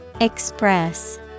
Express